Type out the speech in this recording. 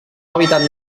hàbitat